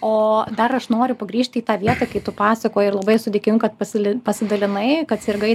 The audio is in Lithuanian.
o dar aš noriu pagrįžti į tą vietą kai tu pasakojai ir labai esu dėkinga kad pasidali pasidalinai kad sirgai